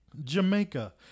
Jamaica